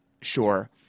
sure